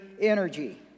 energy